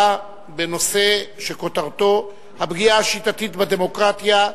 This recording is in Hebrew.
בנושא שכותרתו: הפגיעה השיטתית בדמוקרטיה,